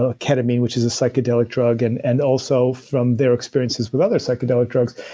ah ketamine, which is a psychedelic drug, and and also from their experiences with other psychedelic drugs.